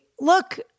look